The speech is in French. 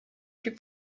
plus